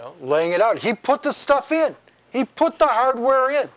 know laying it out he put this stuff in he put the hardware